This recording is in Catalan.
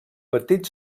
partit